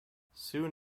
soon